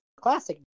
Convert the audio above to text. classic